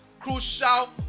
crucial